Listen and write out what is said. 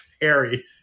Harry